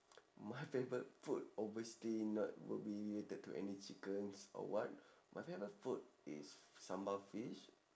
my favourite food obviously not would be related to any chickens or what my favourite food is sambal fish